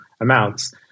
amounts